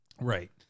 Right